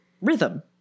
rhythm